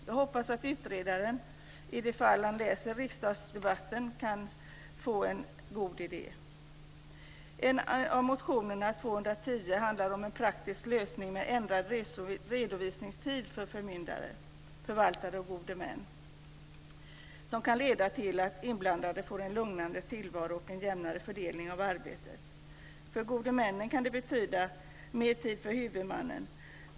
Jag hoppas att utredaren i det fall han läser riksdagsdebatten kan få en god idé. En av motionerna, L210, handlar om en praktisk lösning med ändrad redovisningstid för förmyndare, förvaltare och gode män som kan leda till att de inblandade får en lugnare tillvaro och en jämnare fördelning av arbetet. För de gode männen kan det betyda mer tid för huvudmannen.